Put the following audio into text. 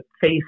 face